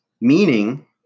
Meaning